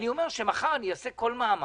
אני אומר שמחר אני אעשה כל מאמץ,